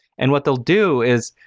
and what they'll do is